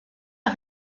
est